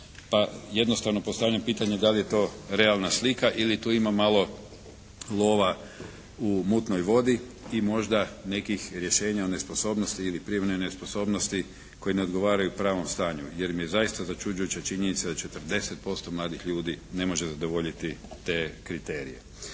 pa jednostavno postavljam pitanje da li je to realna slika ili tu ima malo lova u mutnoj vodi i možda nekih rješenja o nesposobnosti ili privremenoj nesposobnosti koji ne odgovaraju pravom stanju, jer mi je zaista začuđujuća činjenica da 40% mladih ljudi ne može zadovoljiti te kriterije.